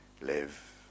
live